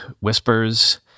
whispers